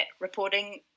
reporting